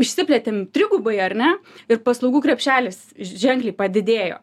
išsiplėtėm trigubai ar ne ir paslaugų krepšelis ženkliai padidėjo